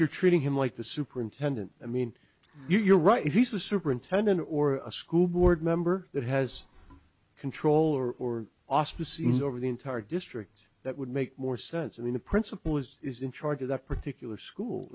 you're treating him like the superintendent i mean you're right he's the superintendent or a school board member that has control or auspices over the entire district that would make more sense than the principal was is in charge of that particular school